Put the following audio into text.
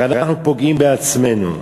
הרי אנחנו פוגעים בעצמנו.